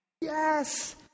Yes